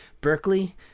Berkeley